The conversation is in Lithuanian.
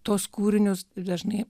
tuos kūrinius dažnai